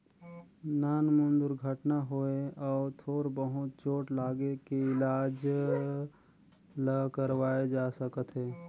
नानमुन दुरघटना होए अउ थोर बहुत चोट लागे के इलाज ल करवाए जा सकत हे